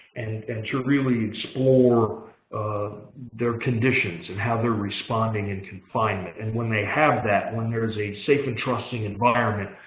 and to really explore their conditions and how they're responding in confinement. and when they have that, when there is a safe and trusting environment,